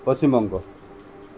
Paschimbanga